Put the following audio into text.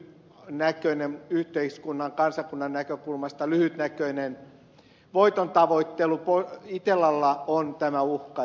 tällainen yhteiskunnan kansakunnan näkökulmasta lyhytnäköinen voitontavoittelu itellalla on tämä uhka